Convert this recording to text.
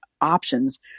Options